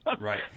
Right